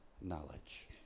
knowledge